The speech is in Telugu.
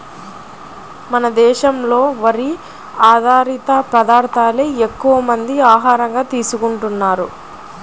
మన దేశంలో వరి ఆధారిత పదార్దాలే ఎక్కువమంది ఆహారంగా తీసుకుంటన్నారు